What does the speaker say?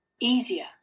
easier